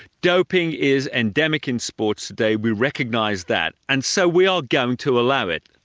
doping is endemic in sports today we recognise that, and so we are going to allow it.